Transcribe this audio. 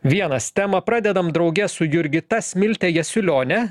vienas temą pradedame drauge su jurgita smilte jasiulione